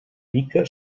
mica